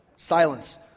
Silence